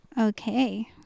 Okay